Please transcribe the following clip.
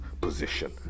position